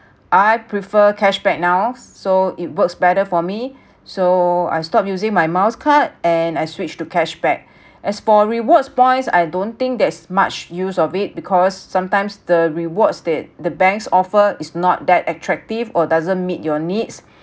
I prefer cash back now so it works better for me so I stop using my miles card and I switched to cash back as for rewards points I don't think there's much use of it because sometimes the rewards the the banks offer is not that attractive or doesn't meet your needs